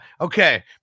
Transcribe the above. okay